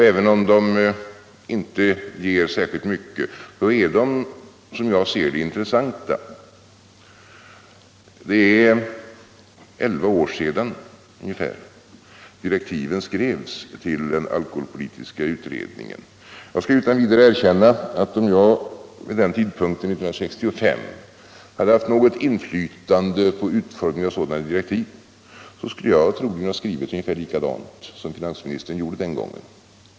Även om synpunkterna inte ger särskilt mycket, är de som jag ser det intressanta. Det är elva år sedan direktiven till den alkoholpolitiska utredningen skrevs. Jag skall utan vidare erkänna att om jag vid den tidpunkten 1965 hade haft något inflytande på utformningen av direktiven, skulle jag troligen ha skrivit ungefär likadant som finansministern gjorde den gången.